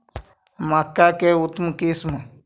मक्का के उतम किस्म?